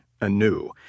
anew